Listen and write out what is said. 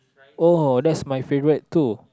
oh that's my favourite too